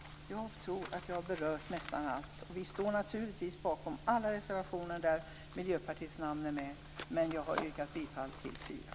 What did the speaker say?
Jag tror att jag har berört nästan allt. Vi står naturligtvis bakom alla reservationer där Miljöpartiets namn är med. Men jag har yrkat bifall till fyra.